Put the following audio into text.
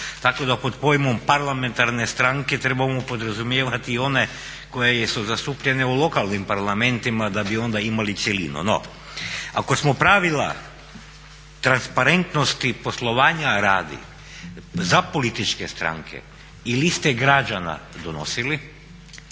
Tako da pod pojmom parlamentarne stranke trebamo podrazumijevati i one koje su zastupljene u lokalnim parlamentima da bi onda imali cjelinu. No, ako smo pravila transparentnosti poslovanja radi za političke stranke i liste građana donosili